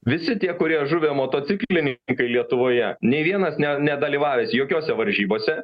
visi tie kurie žuvę motociklininkai lietuvoje nė vienas ne nedalyvavęs jokiose varžybose